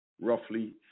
roughly